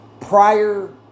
prior